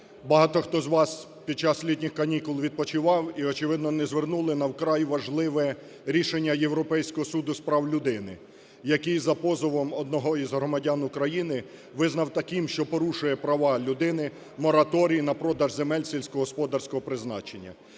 багато хто з вас під час літніх канікул відпочивав і, очевидно, не звернули на вкрай важливе рішення Європейського суду з прав людини, який за позовом одного із громадян України визнав таким, що порушує права людини, мораторій на продаж земель сільськогосподарського призначення.